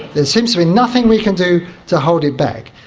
there seems to be nothing we can do to hold it back.